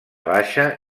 baixa